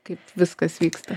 kaip viskas vyksta